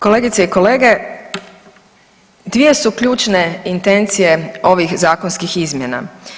Kolegice i kolege, dvije su ključne intencije ovih zakonskih izmjena.